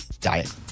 diet